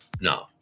no